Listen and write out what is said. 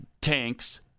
tanks